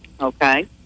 Okay